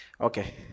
Okay